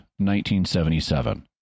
1977